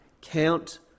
count